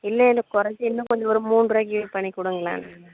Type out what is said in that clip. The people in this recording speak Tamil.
இல்லை இல்லை குறச்சு இன்னும் கொஞ்சம் ஒரு மூண்ருவாய்க்கு இது பண்ணி கொடுங்களேன்